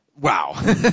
wow